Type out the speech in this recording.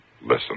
Listen